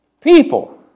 people